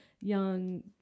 young